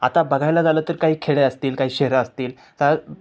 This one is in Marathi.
आता बघायला झालं तर काही खेडे असतील काही शहरं असतील तर